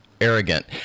arrogant